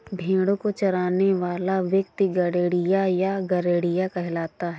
भेंड़ों को चराने वाला व्यक्ति गड़ेड़िया या गरेड़िया कहलाता है